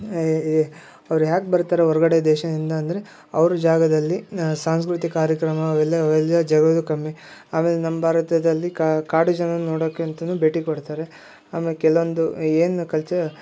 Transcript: ಅವ್ರು ಹ್ಯಾಗೆ ಬರ್ತಾರೆ ಹೊರ್ಗಡೆ ದೇಶದಿಂದ ಅಂದರೆ ಅವರು ಜಾಗದಲ್ಲಿ ನಾ ಸಾಂಸ್ಕೃತಿಕ ಕಾರ್ಯಕ್ರಮ ಅವೆಲ್ಲ ಅವೆಲ್ಲ ಜರ್ಗೋದು ಕಮ್ಮಿ ಆಮೇಲೆ ನಮ್ಮ ಭಾರತದಲ್ಲಿ ಕಾಡು ಜನನ್ನ ನೋಡೋಕ್ಕೆ ಅಂತನೂ ಭೇಟಿ ಕೊಡ್ತಾರೆ ಆಮೇಲೆ ಕೆಲವೊಂದು ಏನು ಕಲ್ಚ